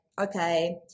okay